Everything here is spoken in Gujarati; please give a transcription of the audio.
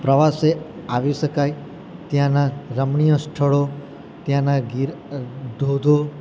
પ્રવાસે આવી શકાય ત્યાંના રમણીય સ્થળો ત્યાંના ગીર ધોધ